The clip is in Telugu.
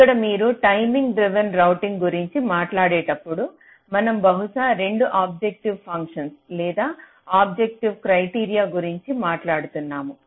ఇక్కడ మీరు టైమింగ్ డ్రివెన్ రౌటింగ్ గురించి మాట్లాడేటప్పుడు మనం బహుశా 2 ఆబ్జెక్టివ్ ఫంక్షన్ల లేదా ఆబ్జెక్టివ్ క్రైటీరియా గురించి మాట్లాడుతున్నాము